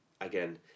again